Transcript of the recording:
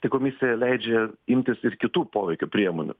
tai komisija leidžia imtis ir kitų poveikio priemonių